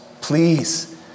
Please